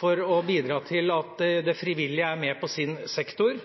for å bidra til at det frivillige er med på sin sektor,